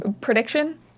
Prediction